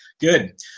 Good